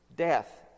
Death